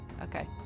Okay